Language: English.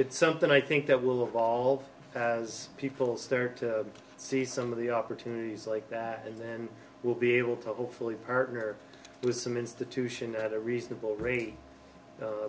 it's something i think that will evolve has people start to see some of the opportunities like that and then we'll be able to hopefully partner with some institution at a reasonable rate